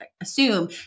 assume